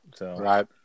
Right